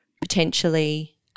potentially –